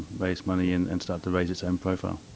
raise money and and start to raise its own profile.